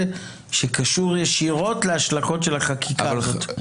שקשור ישירות להשלכות של החקיקה הזאת.